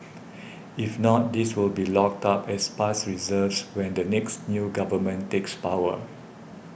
if not these will be locked up as past reserves when the next new government takes power